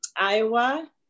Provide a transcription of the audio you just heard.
Iowa